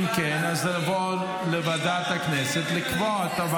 לוועדת הצפון והגליל.